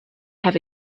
have